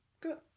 good